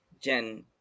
Jen